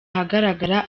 ahagaragara